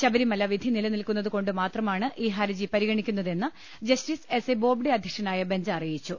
ശബരിമല വിധി നിലനിൽക്കുന്നതുകൊണ്ട് മാത്രമാണ് ഈ ഹർജി പരിഗണിക്കുന്നതെന്ന് ജസ്റ്റിസ് എസ് എ ബോബ്ഡെ അധ്യക്ഷനായ ബെഞ്ച് അറിയിച്ചു